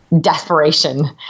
desperation